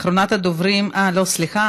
אחרונת הדוברים, לא, סליחה.